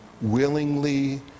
willingly